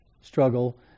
struggle